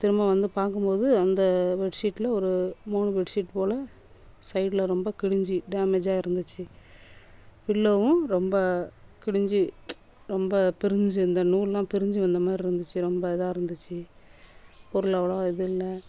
திரும்ப வந்து பார்க்கும் போது அந்த பெட்சீட்டில் ஒரு மூணு பெட் சீட் போல் சைடில் ரொம்ப கிழிஞ்சி டேமேஜ் ஆகி இருந்துச்சு பில்லோவும் ரொம்ப கிழிஞ்சி ரொம்ப பிரிஞ்சு இந்த நூல் எல்லாம் பிரிஞ்சு வந்தமாரி இருந்துச்சு ரொம்ப இதாக இருந்துச்சு பொருள் அவ்ளோவாக இது இல்லை